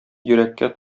йөрәккә